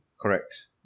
Correct